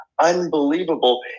unbelievable